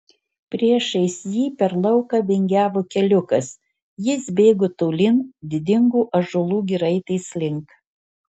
priešais jį per lauką vingiavo keliukas jis bėgo tolyn didingų ąžuolų giraitės link